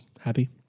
happy